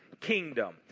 kingdom